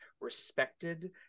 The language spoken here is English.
respected